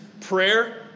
prayer